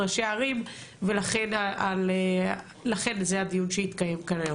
ראשי ערים ולכן זה הדיון שהתקיים כאן היום.